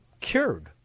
cured